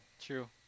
True